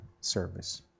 service